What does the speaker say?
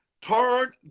turn